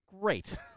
Great